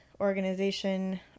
organization